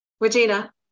Regina